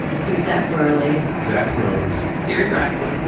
suzette burley, zack rose, serri graslie,